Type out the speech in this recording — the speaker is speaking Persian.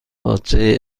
باجه